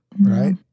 right